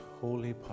holy